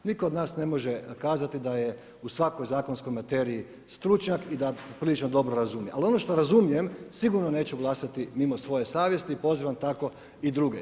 Nitko od nas ne može kazati da je u svakoj zakonskoj materiji stručnjak i da prilično dobro razumije, ali ono što razumijem sigurno neću glasati mimo svoje savjesti, pozivam tako i druge.